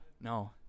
No